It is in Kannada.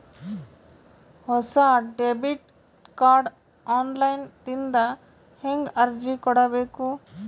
ಹೊಸ ಡೆಬಿಟ ಕಾರ್ಡ್ ಆನ್ ಲೈನ್ ದಿಂದ ಹೇಂಗ ಅರ್ಜಿ ಕೊಡಬೇಕು?